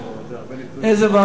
איזו ועדה?